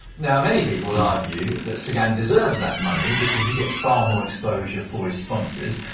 now many people argue that sagan deserves that money because he gets far more exposure for his sponsors.